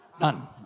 None